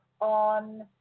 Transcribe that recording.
on